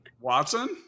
Watson